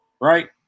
right